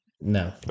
No